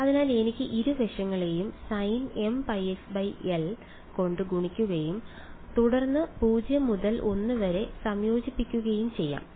അതിനാൽ എനിക്ക് ഇരുവശങ്ങളെയും sinmπxl കൊണ്ട് ഗുണിക്കുകയും തുടർന്ന് 0 മുതൽ l വരെ സംയോജിപ്പിക്കുകയും ചെയ്യാം